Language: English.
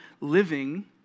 living